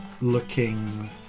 looking